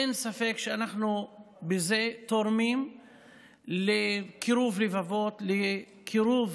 אין ספק שאנחנו בזה תורמים לקירוב לבבות, לקרוב